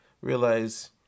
realize